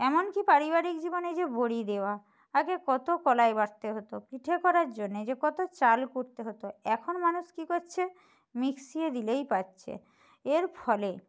এমনকি পারিবারিক জীবনে যে বড়ি দেওয়া আগে কত কলাই বাটতে হতো পিঠে করার জন্যে যে কত চাল কুটতে হতো এখন মানুষ কী করছে মিক্সি এ দিলেই পাচ্ছে এর ফলে